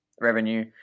revenue